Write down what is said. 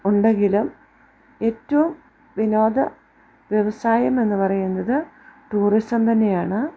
ഉണ്ടെങ്കിലും ഏറ്റവും വിനോദ വ്യവസായം എന്നു പറയുന്നത് ടൂറിസം തന്നെയാണ്